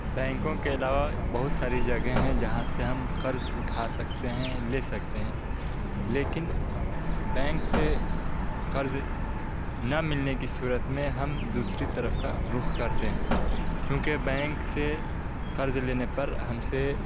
بینکوں کے علاوہ بہت ساری جگہیں ہیں جہاں سے ہم قرض اٹھا سکتے ہیں لے سکتے ہیں لیکن بینک سے قرض نہ ملنے کی صورت میں ہم دوسری طرف کا رخ کرتے ہیں چونکہ بینک سے قرض لینے پر ہم سے